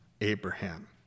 Abraham